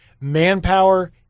manpower